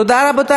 תודה, רבותי.